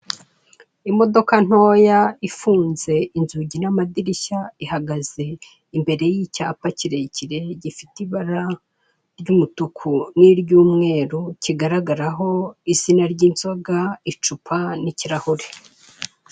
Imodoka ntoya ifunze inzugi n'amadirishya ihagaze imbere y'icyapa kirekire gifite ibara ry'umutuku n'iry'umweru kigaragaraho izina ry'inzoga, icupa n'ikirahure.